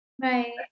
Right